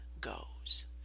goes